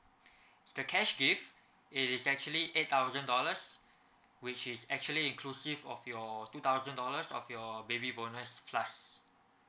the cash gift it is actually eight thousand dollars which is actually inclusive of your two thousand dollars of your baby bonus plus